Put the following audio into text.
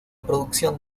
producción